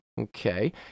Okay